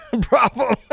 problem